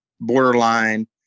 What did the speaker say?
borderline